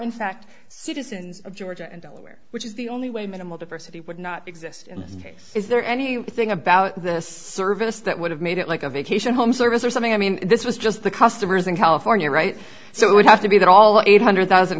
in fact citizens of georgia and delaware which is the only way minimal diversity would not exist in this case is there any thing about this service that would have made it like a vacation home service or something i mean this was just the customers in california right so it would have to be that all eight hundred thousand